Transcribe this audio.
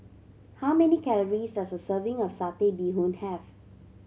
how many calories does a serving of Satay Bee Hoon have